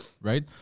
right